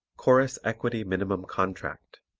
chorus equity minimum contract